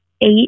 eight